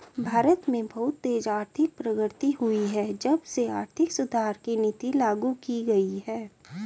भारत में बहुत तेज आर्थिक प्रगति हुई है जब से आर्थिक सुधार की नीति लागू की गयी है